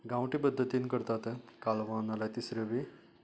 गावठी पद्धतीन करतात कालवा नाल्यार तिसऱ्यो बी